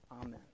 Amen